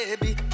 baby